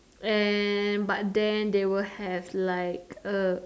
and but then they will have like a